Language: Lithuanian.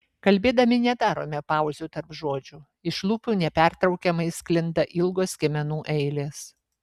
kalbėdami nedarome pauzių tarp žodžių iš lūpų nepertraukiamai sklinda ilgos skiemenų eilės